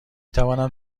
توانم